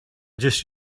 just